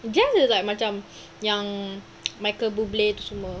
I guess it's like macam yang michael buble tu semua